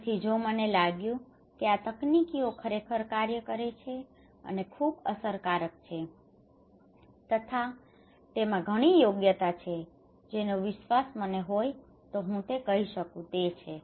તેથી જો મને લાગ્યું કે આ તકનીકીઓ ખરેખર કાર્ય કરે છે અને ખૂબ અસરકારક છે તથા તેમાં ઘણી યોગ્યતા છે જેનો વિશ્વાસ મને હોય તો હું તે કરી શકું છું તે છે